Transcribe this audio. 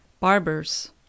Barbers